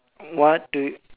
what do